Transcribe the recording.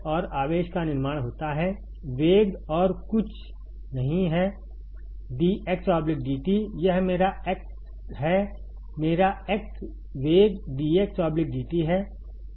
और आवेश का निर्माण होता है वेग और कुछ नहीं है dx dt यह मेरा एक्स है मेरा x वेग dx dt है